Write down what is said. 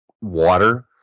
water